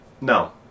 No